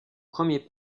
premier